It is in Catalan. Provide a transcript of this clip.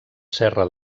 serra